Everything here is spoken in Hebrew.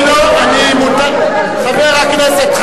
כל חבר כנסת שר.